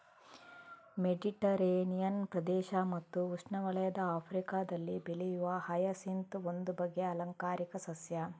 Mediterranean ಪ್ರದೇಶ ಮತ್ತು ಉಷ್ಣವಲಯದ ಆಫ್ರಿಕಾದಲ್ಲಿ ಬೆಳೆಯುವ ಹಯಸಿಂತ್ ಒಂದು ಬಗೆಯ ಆಲಂಕಾರಿಕ ಸಸ್ಯ